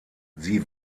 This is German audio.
sie